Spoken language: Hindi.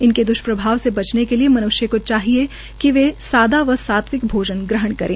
इनके द्ष्प्रभाव से बचने के लिए मन्ष्य का चाहिए कि वे सादा और सात्विक भोजन ग्रहणकरें